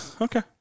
okay